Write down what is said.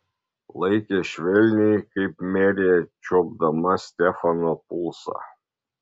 laikė švelniai kaip merė čiuopdama stefano pulsą